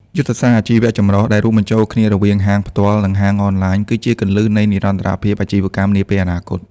យុទ្ធសាស្ត្រអាជីវចម្រុះ ដែលរួមបញ្ចូលគ្នារវាងហាងផ្ទាល់ និងហាងអនឡាញ គឺជាគន្លឹះនៃនិរន្តរភាពអាជីវកម្មនាពេលអនាគត។